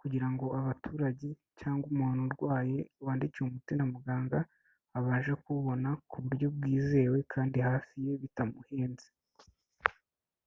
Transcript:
kugira ngo abaturage cyangwa umuntu urwaye wandikiwe umuti na muganga abashe kuwubona ku buryo bwizewe kandi hafi ye bitamuhenze.